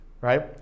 right